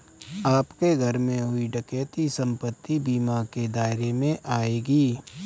आपके घर में हुई डकैती संपत्ति बीमा के दायरे में आएगी